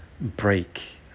break